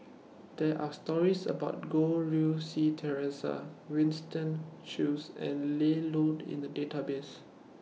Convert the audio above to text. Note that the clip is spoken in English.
There Are stories about Goh Rui Si Theresa Winston Choos and Ian Loy in The Database